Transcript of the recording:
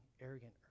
arrogant